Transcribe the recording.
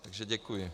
Takže děkuji.